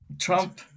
Trump